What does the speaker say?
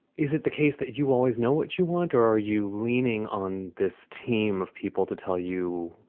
is it the case that you always know what you want? or are you leaning on this team of people to tell you,